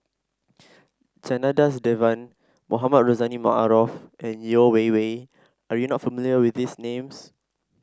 Janadas Devan Mohamed Rozani Maarof and Yeo Wei Wei are you not familiar with these names